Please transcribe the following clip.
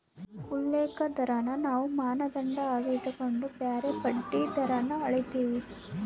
ಉಲ್ಲೇಖ ದರಾನ ನಾವು ಮಾನದಂಡ ಆಗಿ ಇಟಗಂಡು ಬ್ಯಾರೆ ಬಡ್ಡಿ ದರಾನ ಅಳೀತೀವಿ